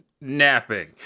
napping